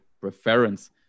preference